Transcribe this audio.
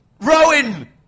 Rowan